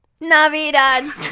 Navidad